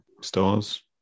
stores